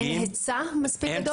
אין היצע מספיק גדול?